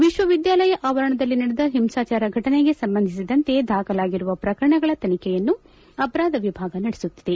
ವಿಶ್ವವಿದ್ಯಾಲಯ ಆವರಣದಲ್ಲಿ ನಡೆದ ಹಿಂಸಾಜಾರ ಘಟನೆಗೆ ಸಂಬಂಧಿಸಿದಂತೆ ದಾಖಲಾಗಿರುವ ಪ್ರಕರಣಗಳ ತನಿಖೆಯನ್ನು ಅಪರಾಧ ವಿಭಾಗ ನಡೆಸುತ್ತಿದೆ